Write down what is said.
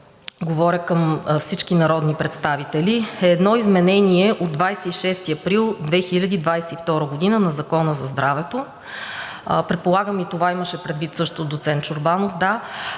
говоря към всички народни представители, е едно изменение от 26 април 2022 г. на Закона за здравето. Предполагам и това имаше предвид също професор Чорбанов,